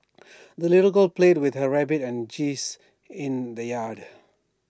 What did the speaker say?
the little girl played with her rabbit and geese in the yard